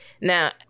now